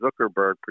Zuckerberg